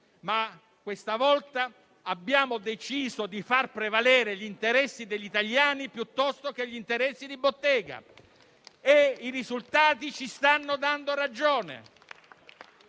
Ma questa volta abbiamo deciso di far prevalere gli interessi degli italiani, piuttosto che gli interessi di bottega e i risultati ci stanno dando ragione.